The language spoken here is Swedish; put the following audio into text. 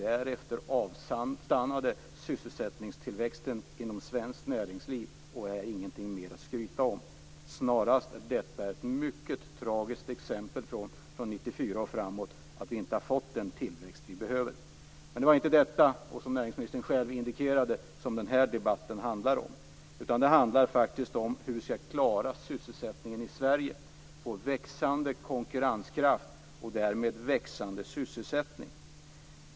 Därefter avstannade sysselsättningstillväxten i det svenska näringslivet, och den var ingenting att skryta med längre. Detta är snarare ett mycket tragiskt exempel på att vi inte fick den tillväxt vi behövde från 1994 och framåt. Men det var inte detta som den här debatten handlar om, precis som näringsministern själv indikerade. Den handlar faktiskt om hur vi skall klara sysselsättningen i Sverige och få en växande konkurrenskraft och därmed växande sysselsättning.